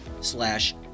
slash